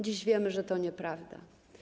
Dziś wiemy, że to nieprawda.